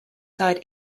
died